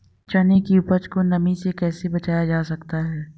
चने की उपज को नमी से कैसे बचाया जा सकता है?